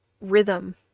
rhythm